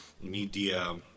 media